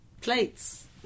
plates